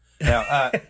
Now